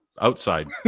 Outside